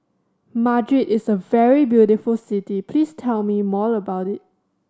Madrid is a very beautiful city please tell me more about it